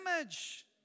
image